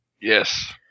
Yes